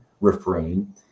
refrain